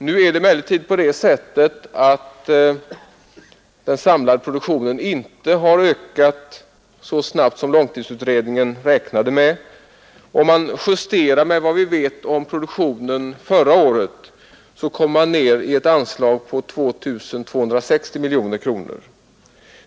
Nu har emellertid den samlade produktionen inte ökat så snabbt som långtidsutredningen räknade med, och om man justerar med hänsyn till vad man vet om produktionen förra året kommer man ner till ett anslag på 2 260 miljoner.